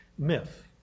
myth